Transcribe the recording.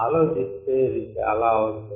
ఆలోచిస్తే ఇది చాలా అవసరం